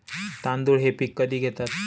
तांदूळ हे पीक कधी घेतात?